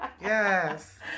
Yes